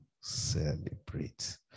celebrate